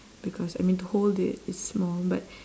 because I mean to hold it it's small but